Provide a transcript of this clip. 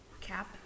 Cap